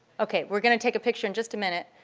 okay, we're going to take a picture in just a minute,